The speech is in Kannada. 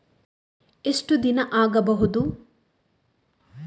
ಎಷ್ಟು ದಿನ ಆಗ್ಬಹುದು?